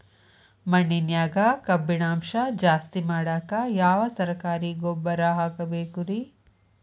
ಮಣ್ಣಿನ್ಯಾಗ ಕಬ್ಬಿಣಾಂಶ ಜಾಸ್ತಿ ಮಾಡಾಕ ಯಾವ ಸರಕಾರಿ ಗೊಬ್ಬರ ಹಾಕಬೇಕು ರಿ?